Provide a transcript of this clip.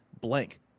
blank